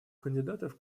кандидатов